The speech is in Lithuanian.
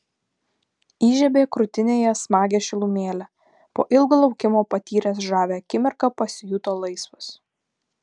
įžiebė krūtinėje smagią šilumėlę po ilgo laukimo patyręs žavią akimirką pasijuto laisvas